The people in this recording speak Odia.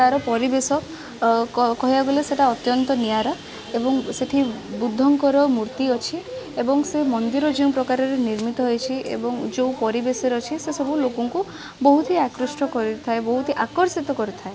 ତାର ପରିବେଶ ଅଁ କହିବାକୁ ଗଲେ ସେଇଟା ଅତ୍ୟନ୍ତ ନିଆରା ଏବଂ ସେଇଠି ବୁଦ୍ଧଙ୍କର ମୂର୍ତ୍ତି ଅଛି ଏବଂ ସେ ମନ୍ଦିର ଯେଉଁ ପ୍ରକାରରେ ନିର୍ମିତ ହେଇଛି ଏବଂ ଯେଉଁ ପରିବେଶରେ ଅଛି ସେସବୁ ଲୋକଙ୍କୁ ବହୁତି ଆକୃଷ୍ଟ କରିଥାଏ ବହୁତ ଆକର୍ଷିତ କରିଥାଏ